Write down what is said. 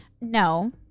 No